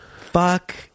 Fuck